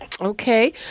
Okay